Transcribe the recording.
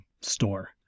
store